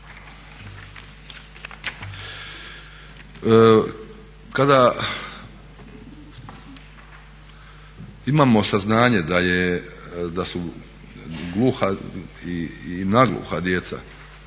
Kada imamo saznanje da su gluha i nagluha djeca,